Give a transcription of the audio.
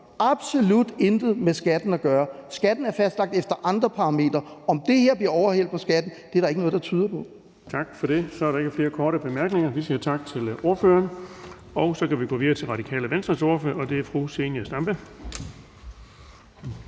absolut intet med skatten at gøre. Skatten er fastlagt efter andre parametre. At det her bliver overhældt på skatten, er der ikke noget der tyder på. Kl. 11:19 Den fg. formand (Erling Bonnesen): Tak for det. Så er der ikke flere korte bemærkninger. Vi siger tak til ordføreren. Så kan vi gå videre til Radikale Venstres ordfører, og det er fru Zenia Stampe.